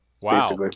Wow